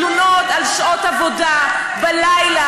תלונות על שעות עבודה בלילה,